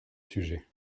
sujet